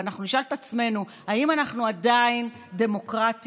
ואנחנו נשאל את עצמנו אם אנחנו עדיין דמוקרטיה.